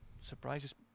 Surprises